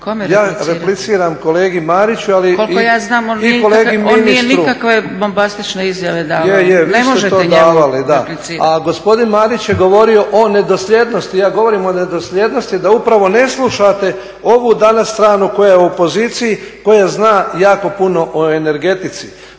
Ja repliciram kolegi Mariću, ali … /Govornici govore u isto vrijeme, ne razumije se./ … A gospodin Marić je govorio o nedosljednosti, ja govorim o nedosljednosti da upravo ne slušate ovu danas stranu koja je u opoziciji koja jako puno o energetici.